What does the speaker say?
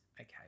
Okay